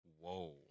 Whoa